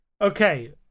Okay